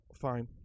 Fine